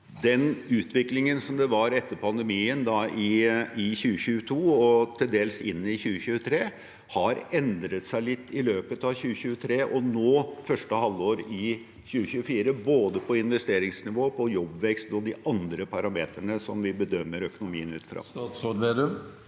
den utviklingen som var etter pandemien i 2022, og til dels inn i 2023, har endret seg litt i løpet av 2023 og nå, første halvår i 2024, både på investeringsnivå, på jobbvekst og på de andre parameterne som vi bedømmer økonomien ut fra? Statsråd